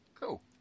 Cool